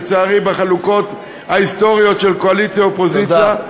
לצערי בחלוקות ההיסטוריות של קואליציה אופוזיציה,